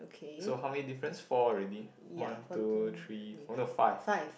so how many difference four already one two three four no five